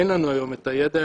אין לנו היום את הידע,